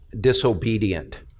disobedient